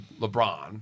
LeBron